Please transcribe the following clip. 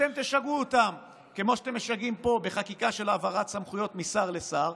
אתם תשגעו אותם כמו שאתם משגעים פה: בחקיקה של העברת סמכויות משר לשר,